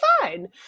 fine